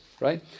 right